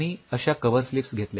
आम्ही अश्या कव्हरस्लिप्स घेतल्या